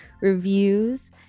reviews